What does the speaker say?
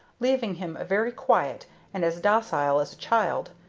leaving him very quiet and as docile as a child,